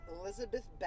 Elizabeth